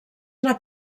una